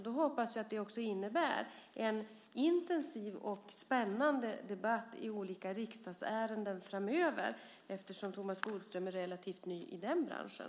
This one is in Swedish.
Då hoppas jag att det också innebär att det blir en intensiv och spännande debatt i olika riksdagsärenden framöver. Thomas Bodström är ju relativt ny i den branschen.